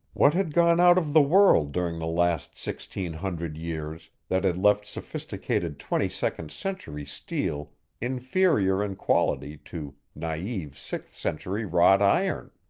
what had gone out of the world during the last sixteen hundred years that had left sophisticated twenty-second century steel inferior in quality to naive sixth-century wrought iron?